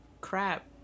crap